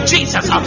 Jesus